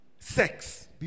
Sex